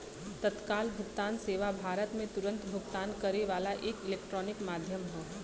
तत्काल भुगतान सेवा भारत में तुरन्त भुगतान करे वाला एक इलेक्ट्रॉनिक माध्यम हौ